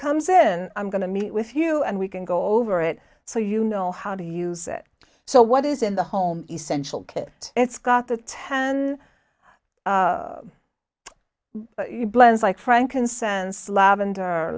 comes in i'm going to meet with you and we can go over it so you know how to use it so what is in the home essential kit it's got the ten blends like frankincense lavender